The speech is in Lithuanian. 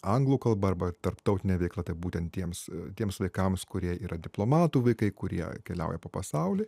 anglų kalba arba tarptautine veikla taip būtent tiems tiems vaikams kurie yra diplomatų vaikai kurie keliauja po pasaulį